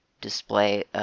display